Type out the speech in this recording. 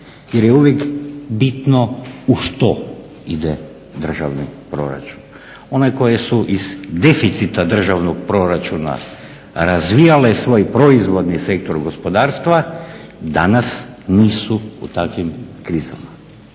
jer je uvijek bitno u što ide državni proračun. One koje su iz deficita državnog proračuna razvijale svoj proizvodni sektor gospodarstva danas nisu u takvim krizama.